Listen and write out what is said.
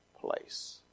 place